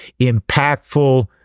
impactful